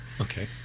Okay